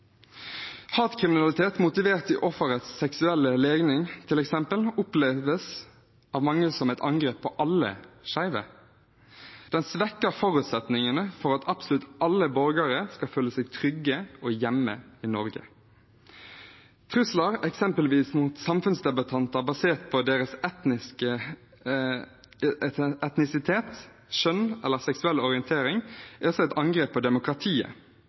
Hatkriminalitet motivert i f.eks. offerets seksuelle legning oppleves av mange som et angrep på alle skeive. Den svekker forutsetningene for at absolutt alle borgere skal føle seg trygge og hjemme i Norge. Trusler eksempelvis mot samfunnsdebattanter basert på deres etnisitet, kjønn eller seksuelle orientering er også et angrep på demokratiet.